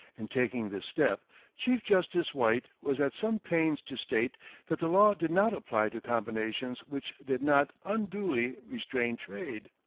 in taking this step chief justice white was at some pains to state that the law did not apply to combinations which did not unduly restrain trade.